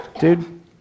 dude